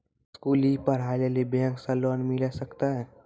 स्कूली पढ़ाई लेली बैंक से लोन मिले सकते?